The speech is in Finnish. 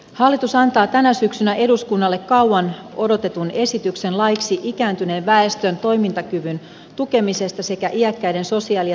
hallitus antaa tänä syksynä eduskunnalle kauan odotetun esityksen laiksi ikääntyneen väestön toimintakyvyn tukemisesta sekä iäkkäiden sosiaali ja terveyspalveluista